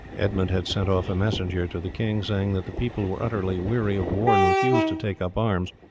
edmund had sent off a messenger to the king saying that the people were utterly weary of war and refused to take up arms,